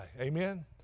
Amen